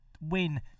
win